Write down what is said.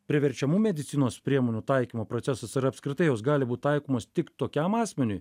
priverčiamų medicinos priemonių taikymo procesas ir apskritai jos gali būt taikomos tik tokiam asmeniui